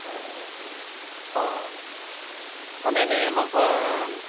অঁ অঁ অঁ অঁ মানে এনেই অলপ